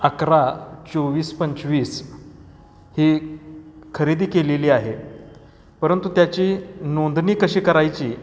अकरा चोवीस पंचवीस ही खरेदी केलेली आहे परंतु त्याची नोंदणी कशी करायची